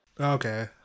Okay